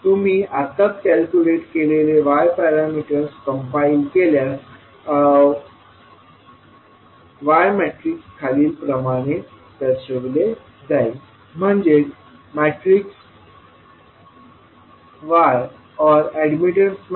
तुम्ही आत्ताच कॅल्क्युलेट केलेले y पॅरामीटर्स कम्पाइल केल्यास y मॅट्रिक्स खालील प्रमाणे दर्शविले जाईल म्हणजे y0